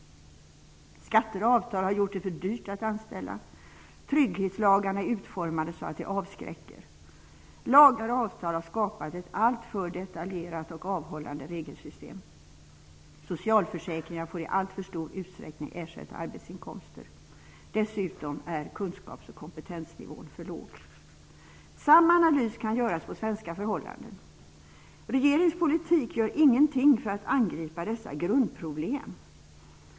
Skatter och avtal har gjort det för dyrt att anställa. Trygghetslagar är utformade så att de avskräcker. Lagar och avtal har skapat ett alltför detaljerat och avhållande regelsystem. Socialförsäkringar får i alltför stor utsträckning ersätta arbetsinkomster. Dessutom är kunskaps och kompetensnivån för låg. Samma analys kan göras på svenska förhållanden. Regeringens politik gör ingenting för att angripa dessa grundproblem.